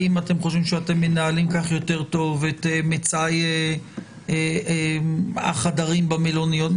האם אתם חושבים שאתם מנהלים כך יותר טוב את מצאי החדרים במלוניות?